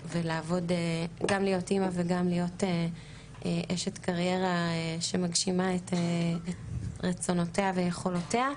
גם להיות אמא וגם להיות אשת קריירה שמגשימה את רצונותיה ויכולותיה,